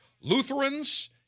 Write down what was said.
Lutherans